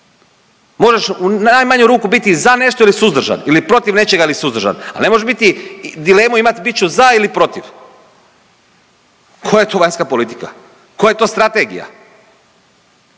Možeš, u najmanju ruku biti za nešto ili suzdržan ili protiv nečega ili suzdržan, ali ne možeš biti, dilemu imati, bit ću za ili protiv. Koja je tu vanjska politika? Koja je to strategija?